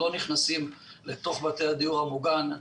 לא נכנסים לתוך בתי הדיור המוגן.